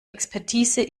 expertise